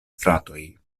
fratoj